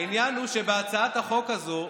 העניין הוא שבהצעת החוק הזו,